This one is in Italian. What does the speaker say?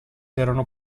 erano